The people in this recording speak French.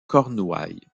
cornouaille